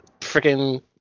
freaking